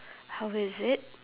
how is it